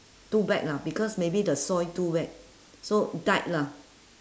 too bad lah because maybe the soil too wet so died lah